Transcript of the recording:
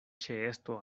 ĉeesto